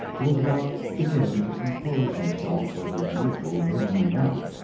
who was about beginning to compose himself for his usual noon nap.